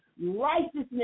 Righteousness